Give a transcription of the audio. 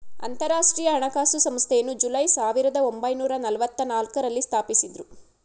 ಅಂತರಾಷ್ಟ್ರೀಯ ಹಣಕಾಸು ಸಂಸ್ಥೆಯನ್ನು ಜುಲೈ ಸಾವಿರದ ಒಂಬೈನೂರ ನಲ್ಲವತ್ತನಾಲ್ಕು ರಲ್ಲಿ ಸ್ಥಾಪಿಸಿದ್ದ್ರು